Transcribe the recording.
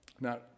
Now